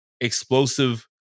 explosive